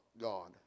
God